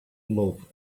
love